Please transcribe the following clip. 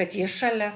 kad jis šalia